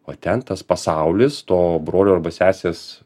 o ten tas pasaulis to brolio arba sesės